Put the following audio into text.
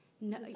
No